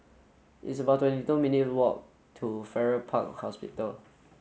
it's about twenty two minutes' walk to Farrer Park Hospital